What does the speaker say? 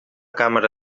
càmera